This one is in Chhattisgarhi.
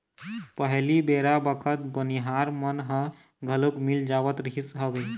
पहिली बेरा बखत बनिहार मन ह घलोक मिल जावत रिहिस हवय